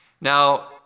Now